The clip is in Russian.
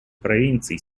провинций